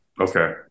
Okay